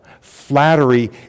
Flattery